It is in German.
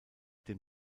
dem